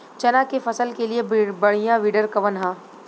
चना के फसल के लिए बढ़ियां विडर कवन ह?